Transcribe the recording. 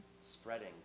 Spreading